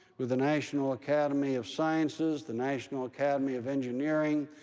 with the national academy of sciences, the national academy of engineering,